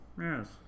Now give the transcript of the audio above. Yes